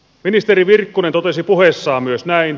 ministeri virkkunen totesi puheessaan myös näin